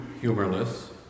humorless